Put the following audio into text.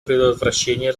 предотвращения